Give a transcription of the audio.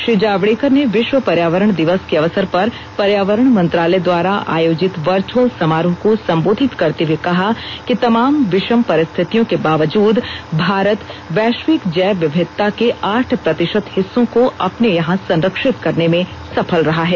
श्री जावड़ेकर ने विश्व पर्यावरण दिवस के अवसर पर पर्यावरण मंत्रालय द्वारा आयोजित वर्चुअल समारोह को संबोधित करते हुए कहा कि तमाम विषम परिस्थितियों के बावजूद भारत वैश्विक जैव विविधता के आठ प्रतिशत हिस्सी को अपने यहां संरक्षित करने में सफल रहा है